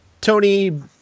Tony